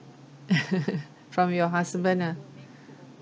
from your husband lah